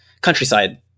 countryside